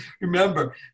remember